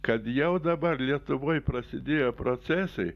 kad jau dabar lietuvoj prasidėjo procesai